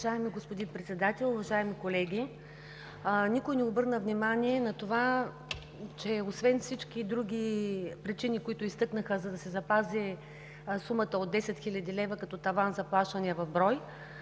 Уважаеми господин Председател, уважаеми колеги! Никой не обърна внимание на това, че освен всички други причини, които изтъкнаха, за да се запази сумата от 10 хил. лв. като таван за плащания в брой,